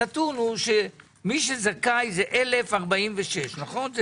הנתון הוא שמי שזכאי זה 1,046. נכון?